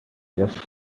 just